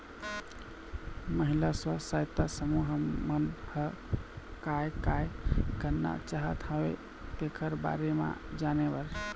महिला स्व सहायता समूह मन ह काय काय करना चाहत हवय तेखर बारे म जाने बर